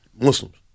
Muslims